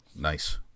Nice